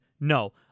No